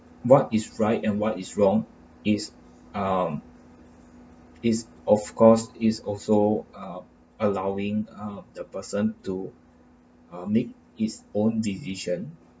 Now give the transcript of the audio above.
what is right and what is wrong is um it's of course is also up allowing up the person to uh make its own decision